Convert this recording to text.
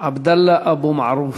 עבדאללה אבו מערוף.